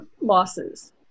losses